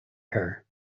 her